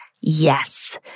Yes